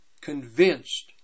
convinced